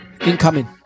Incoming